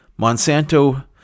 Monsanto